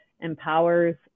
empowers